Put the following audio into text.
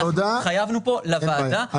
אנחנו התחייבנו פה לוועדה ואנחנו נעמוד בו.